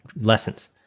lessons